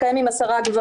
לקיים עם 10 גברים.